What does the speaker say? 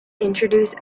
introduce